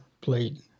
played